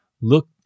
look